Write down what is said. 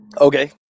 okay